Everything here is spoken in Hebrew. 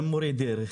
גם את מורי הדרך,